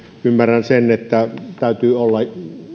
ymmärrän sen että täytyy olla